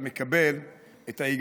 אז אני מבין היטב, אם